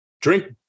drink